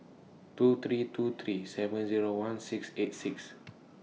two three two three seven Zero one six eight six